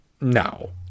no